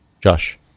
Josh